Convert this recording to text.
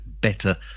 better